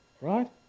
right